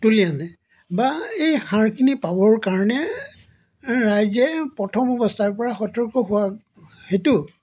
তুলি আনে বা এই হাড়খিনি পাবৰ কাৰণে ৰাইজে প্ৰথম অৱস্থাৰ পৰাই সতৰ্ক হোৱাৰ হেতু